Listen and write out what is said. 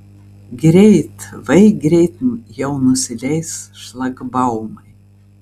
greit vai greit jau nusileis šlagbaumai